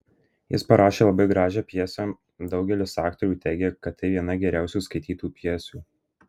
jis parašė labai gražią pjesę daugelis aktorių teigia kad tai viena geriausių skaitytų pjesių